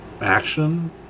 action